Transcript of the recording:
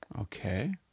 Okay